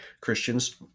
Christians